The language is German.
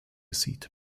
seat